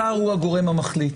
השר הוא הגורם המחליט,